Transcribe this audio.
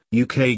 UK